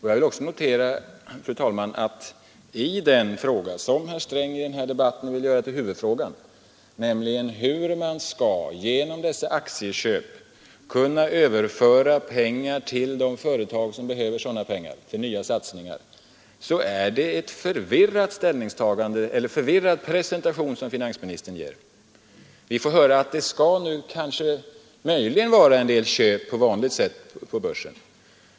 Jag vill också, fru talman, notera att i den fråga, som herr Sträng i den här debatten vill göra till huvudfråga, nämligen hur man genom dessa aktieköp skall kunna överföra pengar till de företag som behöver sådana pengar för nya satsningar, så är det en förvirrad presentation som finansministern ger. Vi får höra att det nu möjligen skall förekomma en del köp på vanligt sätt på börsen.